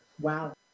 Wow